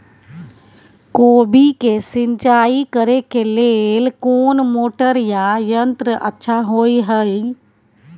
कोबी के सिंचाई करे के लेल कोन मोटर या यंत्र अच्छा होय है?